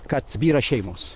kad byra šeimos